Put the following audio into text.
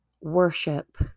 worship